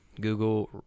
Google